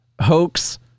hoax